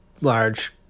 large